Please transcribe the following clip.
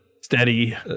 steady